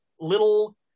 little